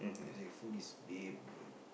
as in food is though